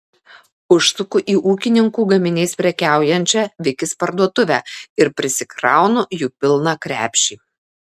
užsuku į ūkininkų gaminiais prekiaujančią vikis parduotuvę ir prisikraunu jų pilną krepšį